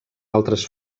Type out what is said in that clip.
altres